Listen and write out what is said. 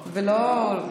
ולא,